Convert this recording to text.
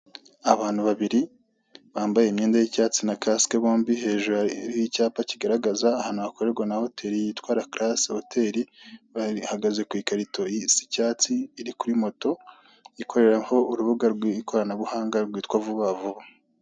Abantu babiri bambaye imyenda y'icyatsi na kasike bombi hejuru y'icyapa kigaragaza ahantu hakorerwa na hoteri yitwa rakarasi hoteli, bahagaze ku ikarito isa icyatsi iri kuri moto ikoreraho urubuga rwikoranabuhanga rwitwa vuba vuba.